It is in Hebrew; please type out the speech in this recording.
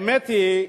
האמת היא,